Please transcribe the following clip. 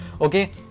okay